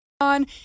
on